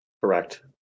Correct